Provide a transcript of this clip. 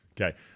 Okay